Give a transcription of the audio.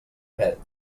pet